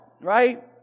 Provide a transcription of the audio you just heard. right